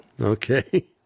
Okay